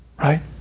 right